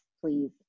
please